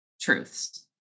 truths